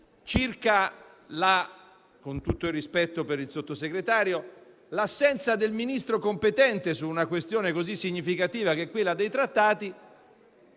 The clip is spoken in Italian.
con tutto il rispetto per il Sottosegretario, l'assenza del Ministro competente su una questione così significativa come quella dei trattati.